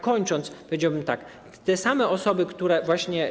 Kończąc, powiedziałbym tak: te same osoby, które właśnie.